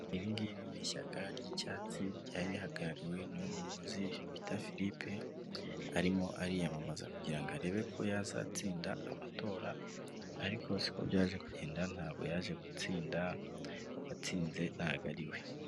Iri ngiri ni ishyaka ry'icyatsi ryari rihagarariwe n'umuyobozi bita Filipe, arimo ariyamamaza kugira ngo arebe ko yazatsinda amatora ariko siko byaje kugenda, ntabwo yaje gutsinda uwatsinze ntago ari we.